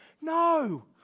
no